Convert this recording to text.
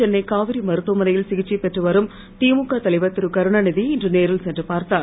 சென்னை காவிரி மருத்துவமனையில் சிகிச்சை பெற்று வரும் திமுக தலைவர் திருகருணாநிதியை இன்று நேரில் சென்று பார்த்தார்